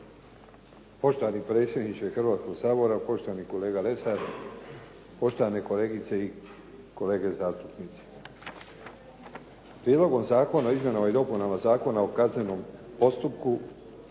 Poštovani predsjedniče Hrvatskog sabora, poštovani kolega Lesar, poštovane kolegice i kolege zastupnici. Prijedlogom Zakona o izmjenama i dopunama Zakona o kaznenom postupku